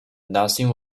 nothing